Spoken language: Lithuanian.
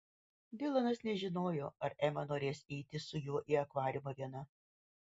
dilanas nežinojo ar ema norės eiti su juo į akvariumą viena